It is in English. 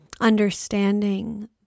understanding